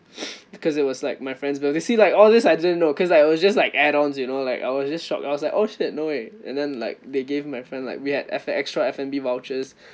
because it was like my friend's birthday you see like all this I didn't know cause I was just like add-ons you know like I was just shock I was like oh shit no way and then like they gave my friend like we had an extra F&B vouchers